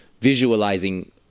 visualizing